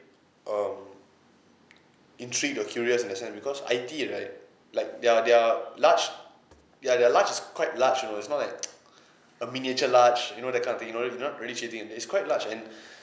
um intrigued or curious in that sense because itea right like their their large ya their large is quite large you know it's not like a miniature large you know that kind of thing you know it not miniature thing and it's quite large and